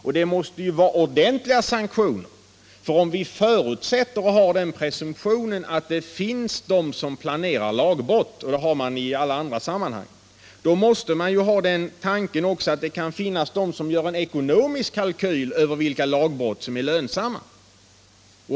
Och det måste vara ordentliga sanktioner, för om vi har den presumtionen att det finns de som planerar lagbrott — och det har man i alla andra sammanhang — då måste man också ha den tanken att det kan finnas de som gör en ekonomisk kalkyl över vilka lagbrott som är lönsamma.